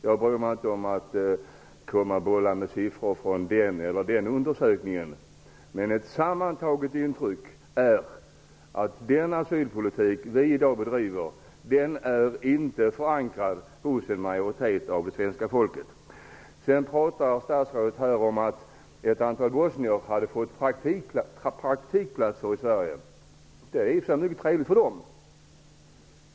Jag bryr mig inte om att bolla med siffror från den eller den undersökningen, men mitt sammantagna intryck är att den asylpolitik som i dag förs inte är förankrad hos en majoritet av det svenska folket. Sedan talade statsrådet om att ett antal bosnier hade fått praktikplatser i Sverige. Det är i och för sig mycket trevligt för dem.